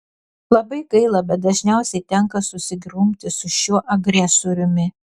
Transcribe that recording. labai gaila bet dažniausiai tenka susigrumti su šiuo agresoriumi